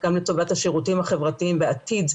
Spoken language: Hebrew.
גם לטובת השירותים החברתיים בעתיד,